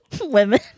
women